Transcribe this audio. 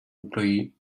employee